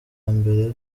mbere